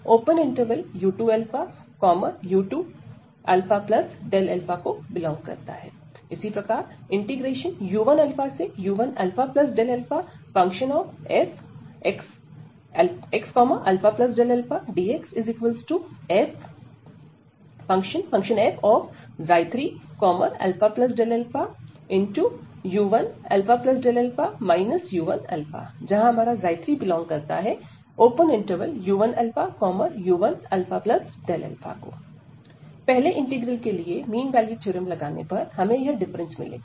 u2u2αfxαdxf2αΔαu2αΔα u2 ξ2u2u2αΔα u1u1αΔαfxαΔαdxf3αΔαu1αΔα u1 3u1u1αΔα पहले integral के लिए मीन वैल्यू थ्योरम लगाने पर हमें यह डिफरेंस मिलेगा